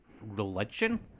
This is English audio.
religion